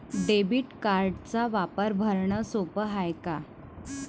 Debit कार्डचा वापर भरनं सोप हाय का?